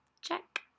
Check